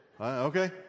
Okay